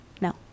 No